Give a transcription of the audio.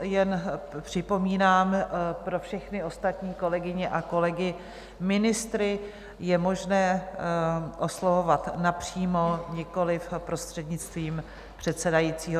Jen připomínám pro všechny ostatní kolegyně a kolegy: ministry je možné oslovovat napřímo, nikoliv prostřednictvím předsedajícího.